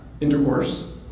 intercourse